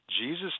Jesus